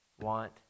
want